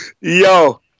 Yo